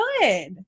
good